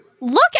Look